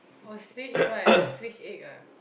ostrich right ostrich egg